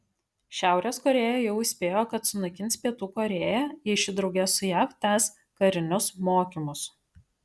šiaurės korėja jau įspėjo kad sunaikins pietų korėją jei ši drauge su jav tęs karinius mokymus